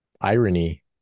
irony